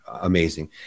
amazing